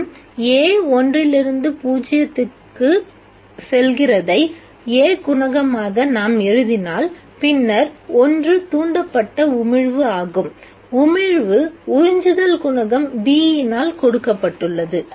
மற்றும் ஐ A குணகமாக நாம் எழுதினால் பின்னர் ஒன்று தூண்டப்பட்ட உமிழ்வு ஆகும் உமிழ்வு உறிஞ்சுதல் குணகம் B இனால் கொடுக்கப்பட்டுள்ளது